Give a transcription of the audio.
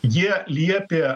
jie liepė